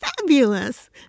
Fabulous